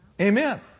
Amen